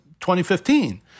2015